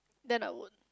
then I would